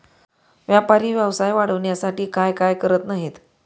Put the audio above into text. व्यापारी व्यवसाय वाढवण्यासाठी काय काय करत नाहीत